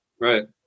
Right